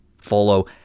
follow